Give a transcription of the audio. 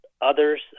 others